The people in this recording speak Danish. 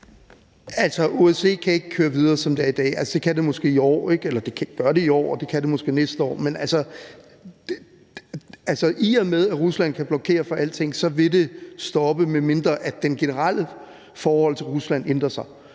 OSCE kan ikke køre videre, som det er i dag. Det kan det måske i år, eller det gør det i år, og det kan det måske næste år, men i og med at Rusland kan blokere for alting, vil det stoppe, medmindre det generelle forhold til Rusland ændrer sig.